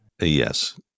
Yes